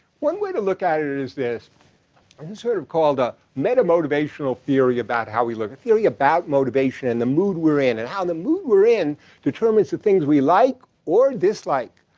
one way to look at it is this. it's i mean sort of called a meta-motivational theory about how we look, a theory about motivation and the mood we're in and how the mood we're in determines the things we like or dislike.